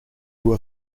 were